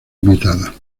invitada